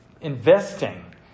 investing